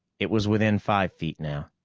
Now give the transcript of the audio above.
it was within five feet now.